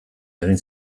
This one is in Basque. egin